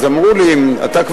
אז אמרו לי: אתה,